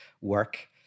work